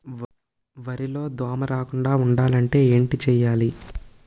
వరిలో దోమ రాకుండ ఉండాలంటే ఏంటి చేయాలి?